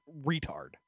retard